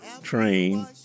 train